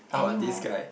how about this guy